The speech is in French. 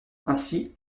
ainsi